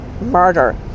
murder